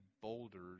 boulders